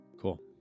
cool